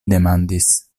demandis